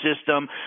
system